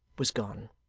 was gone.